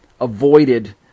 avoided